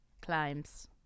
climbs